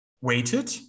weighted